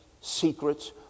secrets